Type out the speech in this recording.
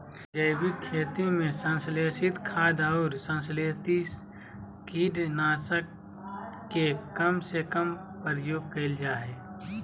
जैविक खेती में संश्लेषित खाद, अउर संस्लेषित कीट नाशक के कम से कम प्रयोग करल जा हई